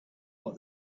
what